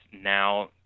now